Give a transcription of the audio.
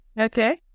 Okay